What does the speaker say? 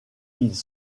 ils